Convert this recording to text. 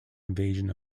invasion